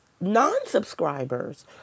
non-subscribers